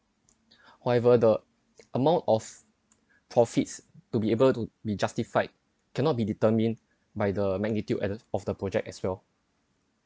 however the amount of profits to be able to be justified cannot be determined by the magnitude as of the project as well